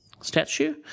Statue